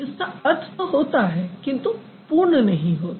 इसका अर्थ तो होता है किन्तु पूर्ण अर्थ नहीं होता